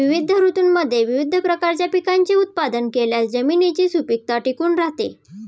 विविध ऋतूंमध्ये विविध प्रकारच्या पिकांचे उत्पादन केल्यास जमिनीची सुपीकता टिकून राहते